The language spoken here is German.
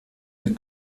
der